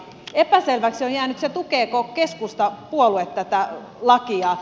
epäselväksi on jäänyt se tukeeko keskustapuolue tätä lakia